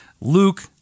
Luke